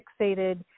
fixated